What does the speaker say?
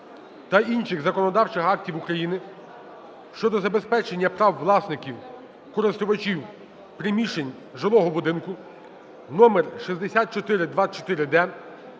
та інших законодавчих актів України щодо забезпечення прав власників (користувачів) приміщень жилого будинку № 6424-д